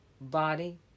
body